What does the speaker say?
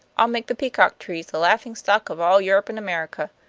i'll make the peacock trees the laughing stock of all europe and america.